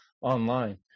online